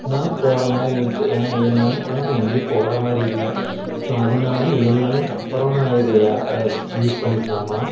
தான் போகிற மாதிரி இருக்குது ஏன்னா ஏழு நாளுக்குள்ளே நான் எங்கேயும் போகிற மாதிரி இல்லை ஸோ அதனால ஏழு நாளுக்கப்பறம் நான் இது யா யூஸ் பண்ணிக்கலாமா